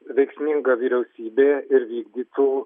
veiksminga vyriausybė ir vykdytų